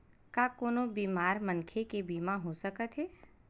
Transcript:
का कोनो बीमार मनखे के बीमा हो सकत हे?